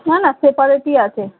না না সেপারেটই আছে